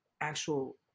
actual